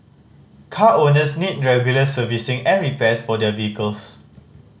car owners need regular servicing and repairs for their vehicles